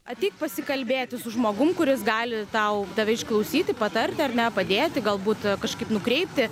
ateik pasikalbėti su žmogum kuris gali tau tave išklausyti patarti ar ne padėti galbūt kažkaip nukreipti